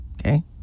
Okay